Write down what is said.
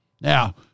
Now